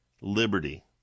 liberty